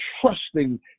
trusting